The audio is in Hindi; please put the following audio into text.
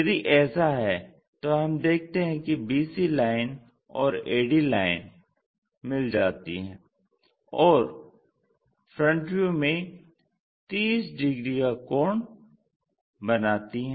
यदि ऐसा है तो हम देखते हैं कि BC लाइन और AD लाइन मिल जाती हैं और FV में 30 डिग्री का कोण बनती हैं